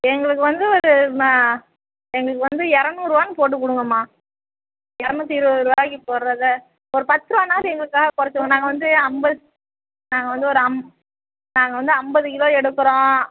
எங்களுக்கு வந்து ஒரு ம எங்களுக்கு வந்து இரநூறுவான்னு போட்டு கொடுங்கம்மா இரநூத்தி இருபதுருவாய்க்கி போடுறத ஒரு பத்துருபானாது எங்களுக்காக குறைச்சிக்கோங்க நாங்கள் வந்து ஐம்பது நாங்கள் வந்து ஒரு அம் நாங்கள் வந்து ஐம்பது கிலோ எடுக்கிறோம்